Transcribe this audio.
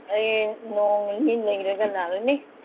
ꯑꯩ ꯅꯣꯡꯃ ꯅꯤꯅꯤ ꯂꯩꯔꯒ ꯂꯥꯛꯂꯅꯤ